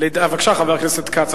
הפיס יצלצל לקדימה, בבקשה, חבר הכנסת כץ.